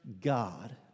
God